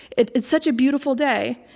it's it's such a beautiful day.